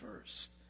first